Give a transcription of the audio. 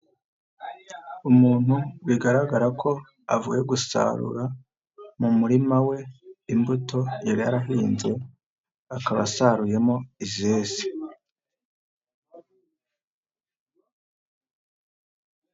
Umuntu bigaragara ko avuye gusarura mu murima we, imbuto yari yarahinze, akaba asaruyemo izeze.